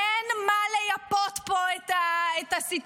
אין מה לייפות פה את הסיטואציה.